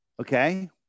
Okay